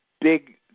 big